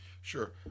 sure